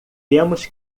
temos